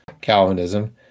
Calvinism